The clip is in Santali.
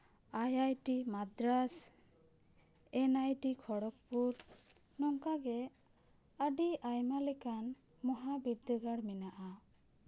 I I T Madras and I T Kharagpur ᱱᱚᱝᱠᱟᱜᱮ ᱟᱹᱰᱤ ᱟᱭᱢᱟ ᱞᱮᱠᱟᱱ ᱢᱚᱦᱟ ᱵᱤᱨᱫᱟᱹᱜᱟᱲ ᱢᱮᱱᱟᱜᱼᱟ